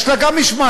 יש לה גם משמעת,